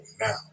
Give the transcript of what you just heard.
now